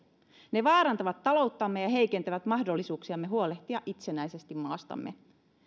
ne vaarantavat talouttamme ja heikentävät mahdollisuuksiamme huolehtia itsenäisesti maastamme